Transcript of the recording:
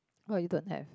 what you don't have